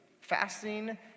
Fasting